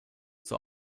zur